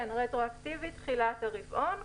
כן, רטרואקטיבית לתחילת הרבעון.